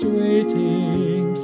waiting